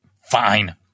fine